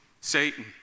Satan